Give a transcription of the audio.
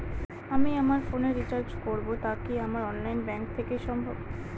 আমি আমার ফোন এ রিচার্জ করব টা কি আমার অনলাইন ব্যাংক থেকেই সম্ভব?